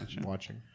watching